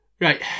right